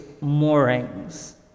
moorings